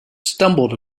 stumbled